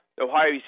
Ohio